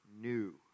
new